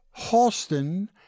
Halston